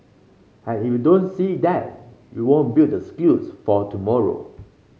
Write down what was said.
and if you don't see that you won't build the skills for tomorrow